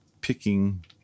picking